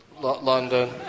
London